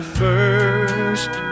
first